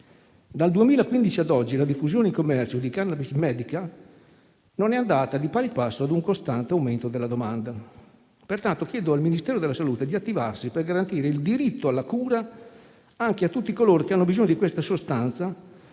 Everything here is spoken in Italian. Dal 2015 ad oggi la diffusione in commercio di *cannabis* medica non è andata di pari passo ad un costante aumento della domanda. Chiedo pertanto al Ministero della salute di attivarsi per garantire il diritto alla cura anche a tutti coloro che hanno bisogno di questa sostanza